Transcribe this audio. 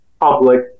public